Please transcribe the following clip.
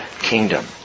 kingdom